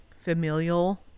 familial